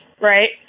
Right